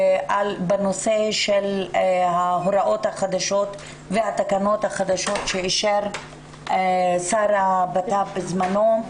בנושא של ההוראות החדשות והתקנות החדשות שאישר שר הבט"פ בזמנו,